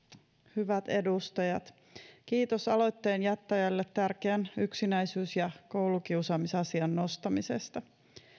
hyvät edustajat kiitos aloitteen jättäjälle tärkeän yksinäisyys ja koulukiusaamisasian nostamisesta